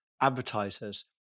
advertisers